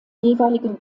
jeweiligen